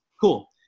Cool